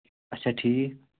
اَچھا ٹھیٖک